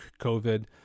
COVID